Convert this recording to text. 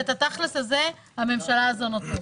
ואת התכלס הזה הממשלה הזו נותנת.